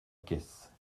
caisse